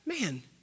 man